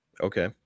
Okay